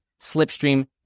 Slipstream